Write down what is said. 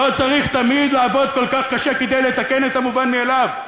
לא צריך תמיד לעבוד כל כך קשה כדי לתקן את המובן מאליו.